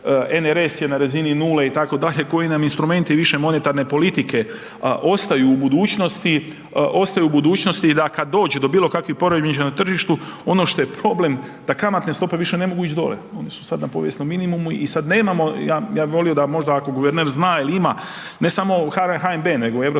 RNS je na razini nule itd., koji nam instrumenti više monetarne politike ostaju u budućnosti da kada dođe do bilo kakvih poremećaja na tržištu. Ono što je problem da kamatne stope ne mogu više ići dolje, one su sada na povijesnom minimumu i sada nemamo, ja bih volio da možda ako guverner zna jel ima ne samo u HNB nego i